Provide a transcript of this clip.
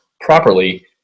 properly